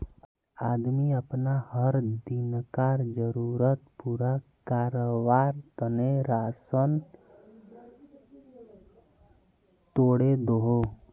आदमी अपना हर दिन्कार ज़रुरत पूरा कारवार तने राशान तोड़े दोहों